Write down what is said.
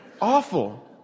awful